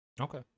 okay